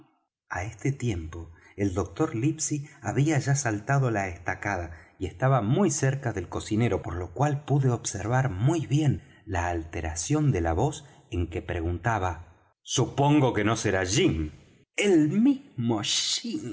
á este tiempo el doctor livesey había ya saltado la estacada y estaba muy cerca del cocinero por lo cual pude observar muy bien la alteración de la voz en que preguntaba supongo que no será jim el mismo